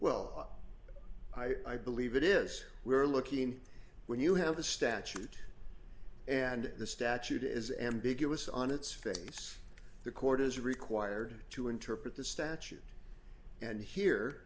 well i believe it is we are looking when you have a statute and the statute is ambiguous on its face the court is required to interpret the statute and here